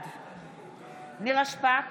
בעד נירה שפק,